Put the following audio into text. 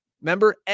Remember